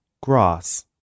Grass